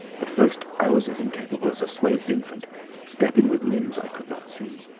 at first i was as incapable as a swathed infant stepping with limbs i could not see.